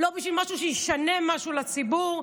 לא בשביל משהו שישנה משהו לציבור,